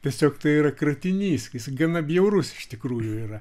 tiesiog tai yra kratinys jis gana bjaurus iš tikrųjų yra